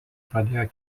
pradėjo